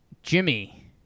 Jimmy